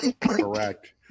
Correct